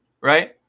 right